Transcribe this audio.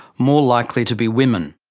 more likely to be women.